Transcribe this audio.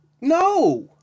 NO